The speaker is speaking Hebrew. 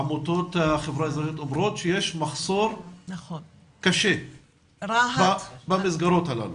העמותות אומרות שיש מחסור קשה במסגרות הללו.